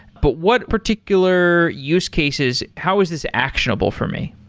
but what particular use cases, how is this actionable for me?